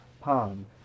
palm